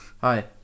Hi